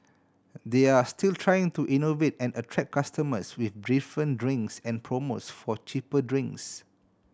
they're still trying to innovate and attract customers with different drinks and promos for cheaper drinks